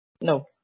No